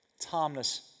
Timeless